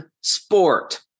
sport